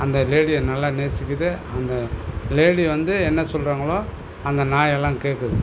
அந்த லேடியை நல்லா நேசிக்குது அந்த லேடி வந்து என்ன சொல்கிறாங்களோ அந்த நாய் எல்லாம் கேட்குது